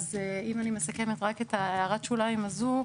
אז אם אני מסכמת רק את הערת השוליים הזו,